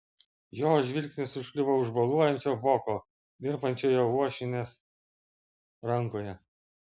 jo žvilgsnis užkliuvo už boluojančio voko virpančioje uošvienės rankoje